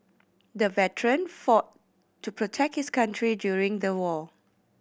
the veteran fought to protect his country during the war